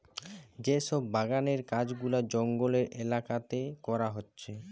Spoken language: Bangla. যে সব বাগানের কাজ গুলা জঙ্গলের এলাকাতে করা হচ্ছে